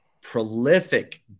prolific